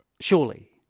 Surely